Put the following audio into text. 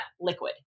liquid